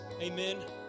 Amen